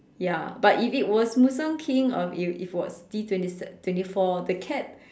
ya but if it was Musang King or if it it was D twenty four the cat